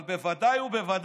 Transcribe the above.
אבל בוודאי ובוודאי